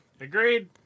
Agreed